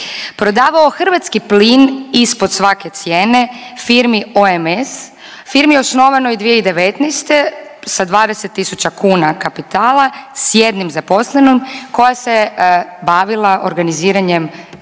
prodavao hrvatski plin ispod svake cijene firmi OMS, firmi osnovanoj 2019. sa 20 tisuća kuna kapitala s jednim zaposlenim koja se bavila organiziranjem